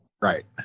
Right